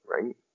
right